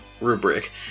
rubric